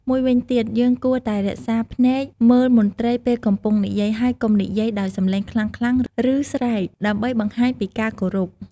មួយវិញទៀត យើងគួរតែរក្សាភ្នែកមើលមន្ត្រីពេលកំពុងនិយាយ ហើយកុំនិយាយដោយសំឡេងខ្លាំងៗ ឬ ស្រែក ដើម្បីបង្ហាញពីការគោរព។